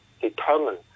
determined